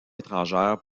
étrangère